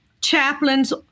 chaplains